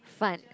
fun